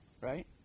right